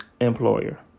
employer